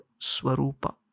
Swarupa